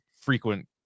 frequent